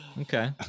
Okay